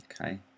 Okay